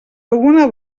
alguna